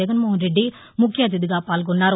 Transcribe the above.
జగన్మోహనరెడ్డి ముఖ్యఅతిథిగా పాల్గొన్నారు